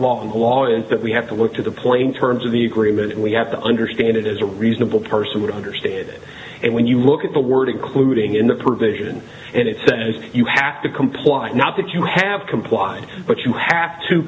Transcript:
is that we have to look to the plain terms of the agreement we have to understand it is a reasonable person would understand it and when you look at the word including in the provision and it sends you have to comply not that you have complied but you have to